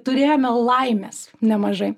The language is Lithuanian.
turėjome laimės nemažai